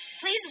Please